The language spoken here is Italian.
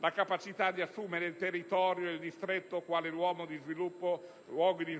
la capacità di assumere il territorio ed il distretto quali luoghi di sviluppo e di